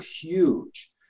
huge